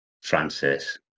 Francis